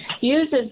uses